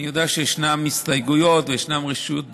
אני יודע שישנן הסתייגויות וישנן רשויות דיבור.